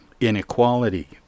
Inequality